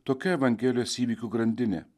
tokia evangelijos įvykių grandinė